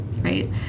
right